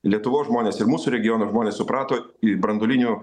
lietuvos žmonės ir mūsų regiono žmonės suprato ir branduolinių